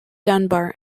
dunbar